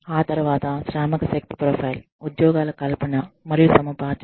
ఆ తర్వాత శ్రామికశక్తి ప్రొఫైల్ ఉద్యోగాల కల్పన మరియు సముపార్జన